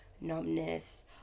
numbness